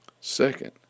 Second